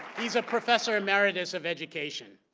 he's a professor emeritus of education.